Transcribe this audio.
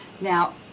Now